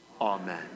Amen